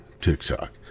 TikTok